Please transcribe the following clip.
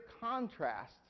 contrast